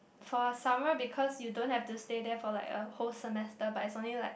for summer because you don't have to stay there for like a whole semester but is only like